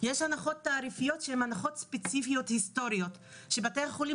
יש הנחות תעריפיות שהן הנחות ספציפיות היסטוריות שבתי החולים